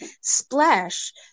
Splash